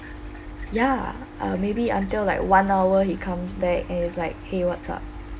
ya uh maybe until like one hour he comes back and it's like !hey! what's up